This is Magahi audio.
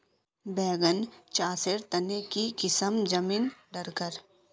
बैगन चासेर तने की किसम जमीन डरकर?